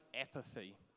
apathy